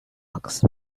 box